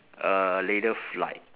a later flight